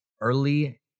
early